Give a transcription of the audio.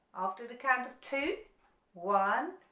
after the count of two one,